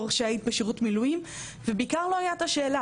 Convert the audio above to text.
שהיית בשירות מילואים ובעיקר לא היה את השאלה,